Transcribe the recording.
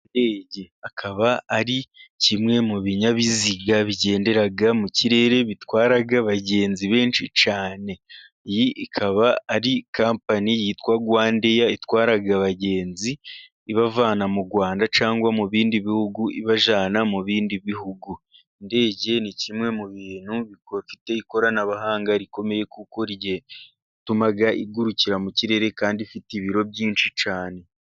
Indege ikaba ari kimwe mu binyabiziga bigenderaga mu kirere, bitwaraga abagenzi benshi cyane. Iyi ikaba ari kampani yitwa Rwandeya, itwara abagenzi ibavana mu Rwanda cyangwa mu bindi bihugu ibajyana mu bindi bihugu. Indege ni kimwe mu bintu bifite ikoranabuhanga rikomeye kuko rya yatuma igurukira mu kirere kandi ifite ibiro byinshi cyane.